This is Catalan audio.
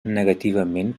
negativament